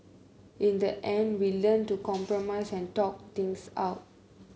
in the end we learnt to compromise and talk things out